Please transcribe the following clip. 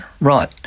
right